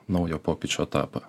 naujo pokyčio etapą